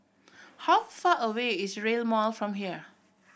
how far away is Rail Mall from here